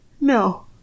no